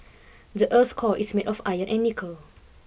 the earth's core is made of iron and nickel